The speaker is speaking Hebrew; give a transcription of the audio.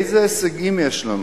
איזה הישגים יש לנו?